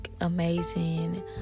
amazing